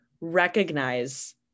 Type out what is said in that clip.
recognize